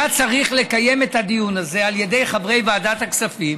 היה צריך לקיים את הדיון הזה על ידי חברי ועדת הכספים